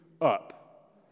up